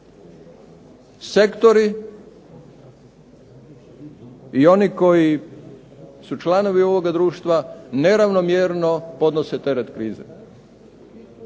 Sektori i oni koji su članovi ovoga društva neravnomjerno podnose teret krize.